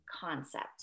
concept